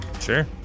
Sure